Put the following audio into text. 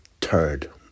turd